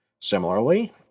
Similarly